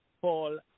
Paul